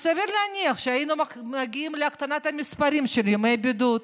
אז סביר להניח שהיינו מגיעים להקטנת המספרים של ימי הבידוד,